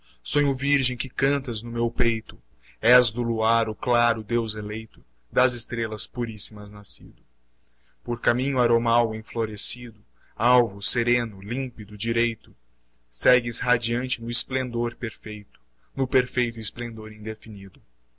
sonho virgem que cantas no meu peito és do luar o claro deus eleito das estrelas puríssimas nascido por caminho aromal enflorescido alvo sereno límpido direito segues radiante no esplendor perfeito no perfeito esplendor indefinido